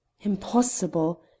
Impossible